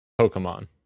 Pokemon